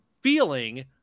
feeling